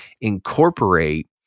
incorporate